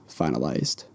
finalized